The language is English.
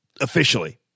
Officially